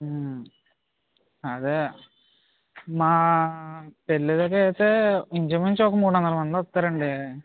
అదే మా పెళ్ళిళ్ళకైతే ఇంచుమించు ఒక మూడు వందల మంది వస్తారండి